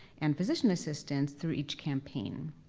and physician assistants through each campaign.